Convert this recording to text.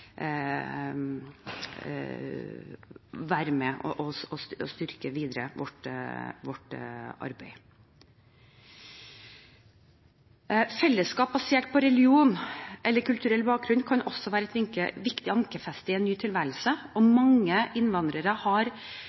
være med og styrke arbeidet vårt videre. Fellesskap basert på religion eller kulturell bakgrunn kan også være et viktig ankerfeste i en ny tilværelse, og mange innvandrere har